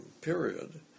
period